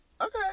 okay